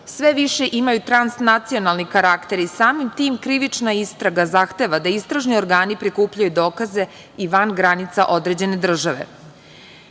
sve više imaju trans-nacionalni karakter i samim tim krivična istraga zahteva da istražni organi prikupljaju dokaze i van granica određene države.